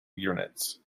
units